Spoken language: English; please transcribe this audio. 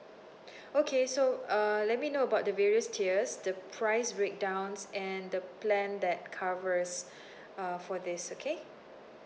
okay so uh let me know about the various tiers the price breakdowns and the plan that covers uh for these okay